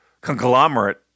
conglomerate